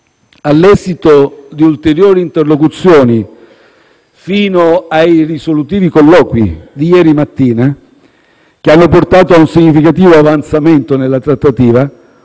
All'esito di ulteriori interlocuzioni, fino ai risolutivi colloqui di ieri mattina, che hanno portato ad un significativo avanzamento nella trattativa,